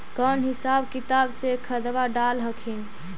कौन हिसाब किताब से खदबा डाल हखिन?